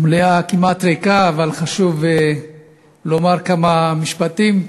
מליאה כמעט ריקה, אבל חשוב לומר כמה משפטים,